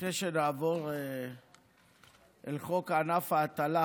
לפני שנעבור אל חוק ענף ההטלה